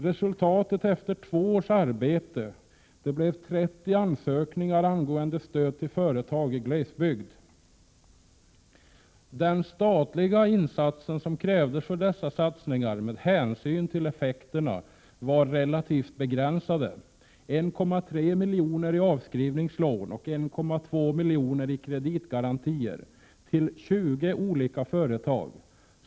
Resultatet efter cirka två års arbete var 30 ansökningar angående stöd till Den statliga insats som krävdes för dessa satsningar var med tanke på effekterna relativt begränsad: 1,3 miljoner i avskrivningslån och 1,2 miljoner i kreditgarantier till 20 olika företag.